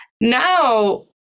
Now